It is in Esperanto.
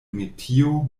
metio